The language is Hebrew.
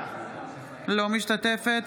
אינה משתתפת